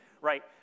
right